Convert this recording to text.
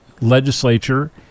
legislature